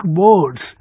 boards